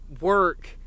work